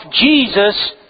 Jesus